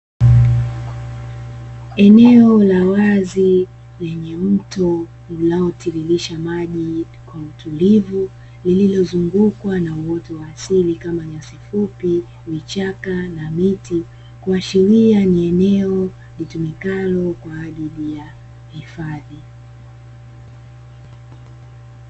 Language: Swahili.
Eneo la wazi lenye mto unaotiririsha maji la utulivu, lililozungukwa na uoto wa asili kama nyasi fupi, vichaka na miti, kuashiria ni eneo litumikalo kwa ajili ya hifadhi.